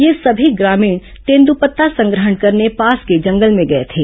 ये सभी ग्रामीण तेंद्रपत्ता संग्रहण करने पास के जंगल में गए थे